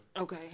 Okay